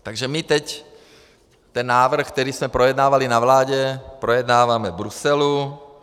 Takže my teď ten návrh, který jsme projednávali na vládě, projednáváme v Bruselu.